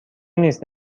نیست